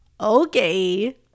Okay